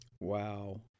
Wow